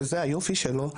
שזה היופי שלו,